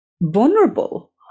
vulnerable